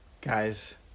guys